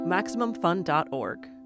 MaximumFun.org